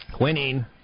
Winning